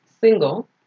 single